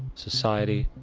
society,